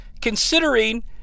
considering